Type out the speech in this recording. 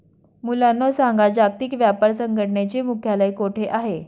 मुलांनो सांगा, जागतिक व्यापार संघटनेचे मुख्यालय कोठे आहे